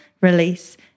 release